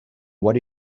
what